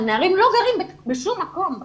הנערים לא גרים בשום מקום.